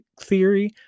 theory